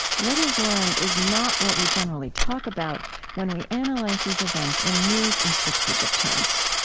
what he's learned is not what we generally talk about when we analyze these events in news and strategic terms